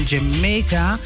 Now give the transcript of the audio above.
Jamaica